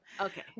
Okay